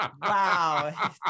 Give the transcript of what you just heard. Wow